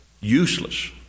useless